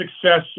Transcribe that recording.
success